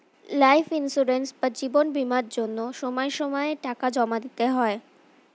life insurance বা জীবন বীমার জন্য সময় সময়ে টাকা জমা দিতে হয়